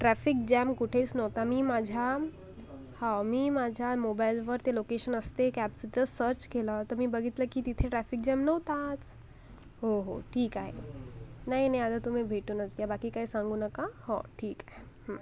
traffic jam कुठेच नव्हतं मी माझ्या हो मी माझ्या मोबाइलवर ते लोकेशन असते कॅबचं ते सर्च केलं तर मी बघितलं की तिथे ट्रॅफिक जाम नव्हताच हो हो ठीक आहे नाही नाही आता तुम्ही भेटूनच घ्या बाकी काय सांगू नका हो ठीक आहे हं